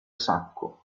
sacco